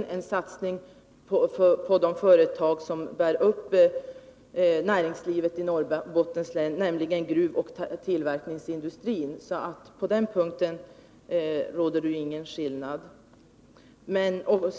innebär en satsning på de företag som bär upp näringslivet i Norrbottens län, nämligen gruvoch tillverkningsindustrin. På den punkten råder alltså inga delade meningar.